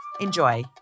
Enjoy